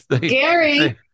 Gary